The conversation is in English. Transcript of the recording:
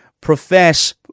profess